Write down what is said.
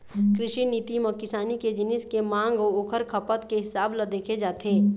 कृषि नीति म किसानी के जिनिस के मांग अउ ओखर खपत के हिसाब ल देखे जाथे